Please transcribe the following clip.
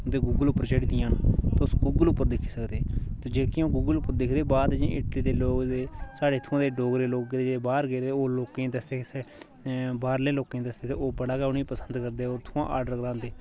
उंदे गुगल उप्पर चढ़ी दियां न तुस गुगल उप्पर दिक्खी सकदे ते जेह्कियां गुगल उप्पर दिक्खदे बाह्र जेह्ड़े इंडियां दे दे लोक ओह् साढ़ै इत्थु दे डोगरें लोक जेह्कें बाह्र गेदे ओह् लोकें दस्सें दे बाह्र दे लोकें दी दससे दे ओह् बड़ा गै पसंद करदे ओह् उत्थुआं ऑडर लांदे